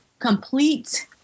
complete